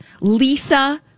Lisa